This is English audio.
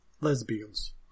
lesbians